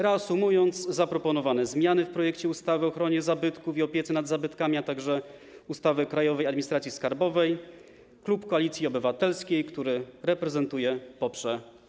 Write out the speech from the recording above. Reasumując, zaproponowane w projekcie zmiany ustawy o ochronie zabytków i opiece nad zabytkami, a także ustawy o Krajowej Administracji Skarbowej klub Koalicji Obywatelskiej, który reprezentuję, poprze.